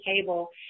table